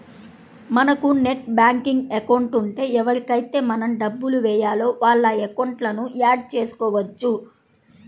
మనకు net banking account ఉంటే ఎవరికైతే మనం డబ్బులు వేయాలో వాళ్ళ అకౌంట్లను యాడ్ చేసుకోవచ్చు